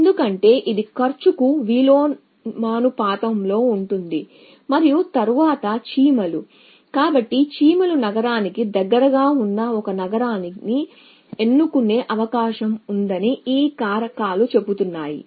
ఎందుకంటే ఇది కాస్ట్ కు విలోమానుపాతంలో ఉంటుంది మరియు తరువాత చీమలు కాబట్టి చీమలు నగరానికి దగ్గరగా ఉన్న ఒక నగరాన్ని ఎన్నుకునే అవకాశం ఉందని ఈ కారకాలు చెబుతున్నాయి